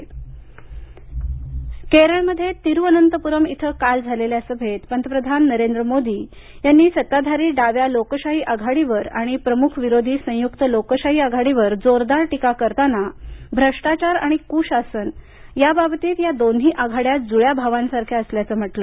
पंतप्रधान केरळ केरळमध्ये तिरुअनंतपुरम इथं काल झालेल्या सभेत पंतप्रधान नरेंद्र मोदी यांनी सत्ताधारी डाव्या लोकशाही आघाडीवर आणि प्रमुख विरोधी संयुक्त लोकशाही आघाडीवर जोरदार टीका करताना भ्रष्टाचार आणि कुशासन याबाबतीत या दोन्ही आघाड्या जुळ्या भावांसारख्या असल्याचे म्हटले